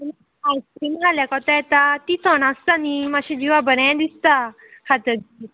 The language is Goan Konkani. आयस्क्रीम खायल्या कोता येता ती थण आसता न्हू मातशें जिवा बरें दिसता खातगीर